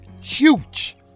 Huge